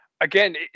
again